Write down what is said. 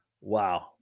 Wow